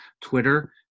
Twitter